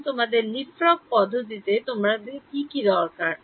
এখন তোমাদের LeapFrog পদ্ধতিতে তোমাদের কি কি দরকার